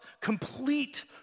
complete